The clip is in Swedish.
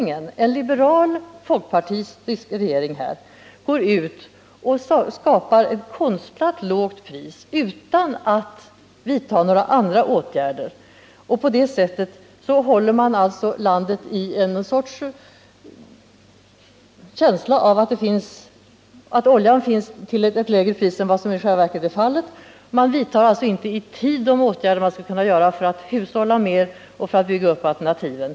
Men den liberala folkpartistiska regeringen har i stället gått ut och skapat ett konstlat lågt pris utan att vidta några andra åtgärder. På det sättet har man hos människorna i landet skapat ett intryck av att oljan finns att köpa till ett lägre pris än vad som i själva verket är fallet. De vidtar inte i tid de åtgärder som skulle medföra att vi hushållar med energi och att vi skapar möjligheter till alternativ energi.